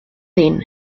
then